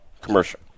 commercial